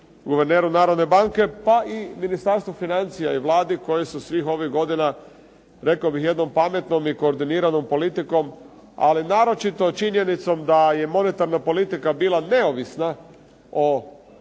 guverneru Narodne banke, pa i Ministarstvu financija i Vladi koji su svih ovih godina, rekao bih jednom pametnom i koordiniranom politikom, ali naročito činjenicom da je monetarna politika bila neovisna o političkim